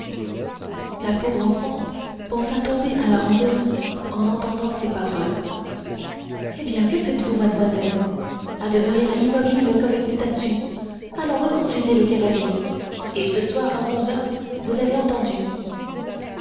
la pauvre enfant pensa tomber à la renverse en entendant ces paroles eh bien que faites-vous mademoiselle à demeurer immobile comme une statue allons reconduisez le chevalier et ce soir à onze heures vous avez entendu